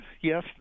yes